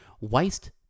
waste